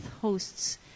hosts